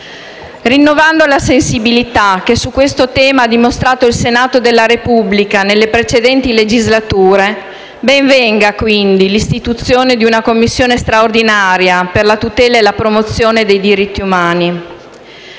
Rinnovando la sensibilità che su questo tema ha dimostrato il Senato della Repubblica nelle precedenti legislature, ben venga quindi l'istituzione di una Commissione straordinaria per la tutela e la promozione dei diritti umani.